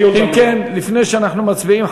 לפני שאנחנו מצביעים,